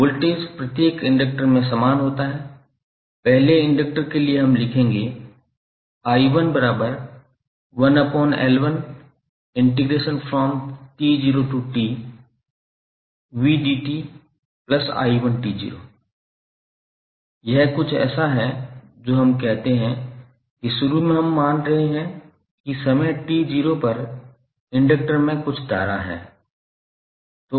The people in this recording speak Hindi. वोल्टेज प्रत्येक इंडक्टर में समान होता है पहले इंडक्टर के लिए हम लिखेंगे यह कुछ ऐसा है जो हम कहते हैं कि शुरू में हम मान रहे हैं कि समय t0 पर इंडक्टर में कुछ धारा है